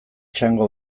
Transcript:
txango